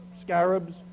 scarabs